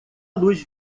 luz